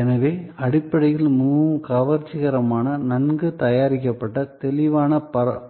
எனவே அடிப்படையில் மிகவும் கவர்ச்சிகரமான நன்கு தயாரிக்கப்பட்ட தெளிவான